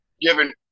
given